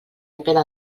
pela